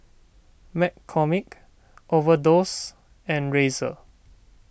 McCormick Overdose and Razer